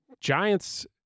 Giants –